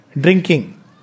drinking